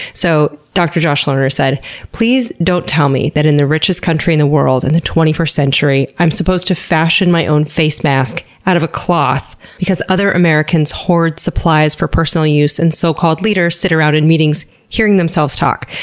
so, dr. josh lerner said please don't tell me that in the richest country in the world, in and the twenty first century, i'm supposed to fashion my own face mask out of a cloth because other americans hoard supplies for personal use and so-called leaders sit around in meetings hearing themselves talk.